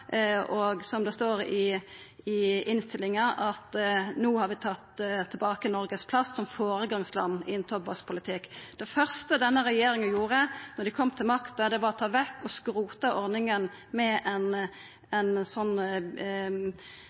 og, som det står i innstillinga, at ein ønskjer å ta tilbake Noregs plass som «foregangsland innen tobakkspolitikk». Det første denne regjeringa gjorde då ho kom til makta, var å ta vekk og